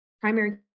primary